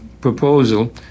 proposal